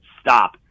Stop